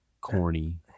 corny